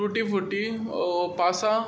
टूटी फ्रुटी वा पासां